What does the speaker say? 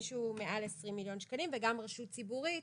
מי שהוא מעל 20 מיליון שקלים וגם רשות ציבורית